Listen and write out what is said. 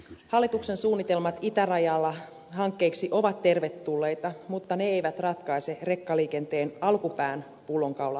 hallituksen suunnitelmat hankkeiksi itärajalla ovat tervetulleita mutta ne eivät ratkaise rekkaliikenteen alkupään pullonkaulaongelmaa